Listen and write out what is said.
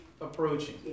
approaching